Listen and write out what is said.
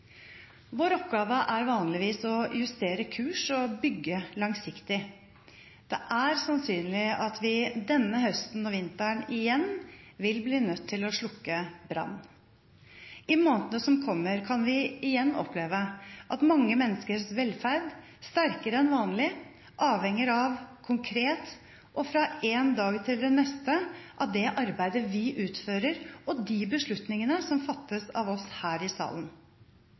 Vår oppgave er vanligvis å justere kurs og bygge langsiktig. Det er sannsynlig at vi denne høsten og vinteren igjen vil bli nødt til å slukke brann. I månedene som kommer, kan vi igjen oppleve at mange menneskers velferd sterkere enn vanlig avhenger konkret, og fra én dag til den neste, av det arbeidet vi utfører, og de beslutningene som fattes av oss her i salen.